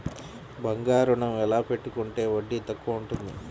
బంగారు ఋణం ఎలా పెట్టుకుంటే వడ్డీ తక్కువ ఉంటుంది?